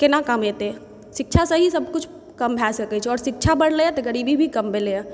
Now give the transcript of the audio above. केना कमेतै शिक्षा सहीसँ किछु कम भए सकै छै आओर शिक्षा बढ़लैया तऽ गरीबी भी कम भेलैया